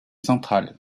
centrale